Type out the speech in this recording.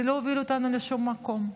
לא הובילו אותנו לשום מקום.